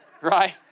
Right